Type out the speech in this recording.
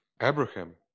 Abraham